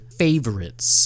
favorites